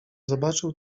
zobaczył